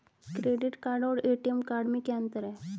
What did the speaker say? Credit card और ATM card में क्या अंतर है?